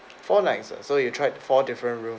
four nights ah so you tried four different rooms